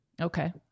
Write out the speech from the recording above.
Okay